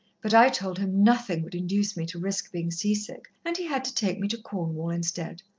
but i told him nothing would induce me to risk being seasick, and he had to take me to cornwall instead.